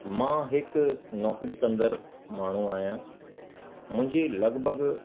मां हिकु नौकरी कंदड़ माण्हू आहियां मुंहिंजी लॻिभॻि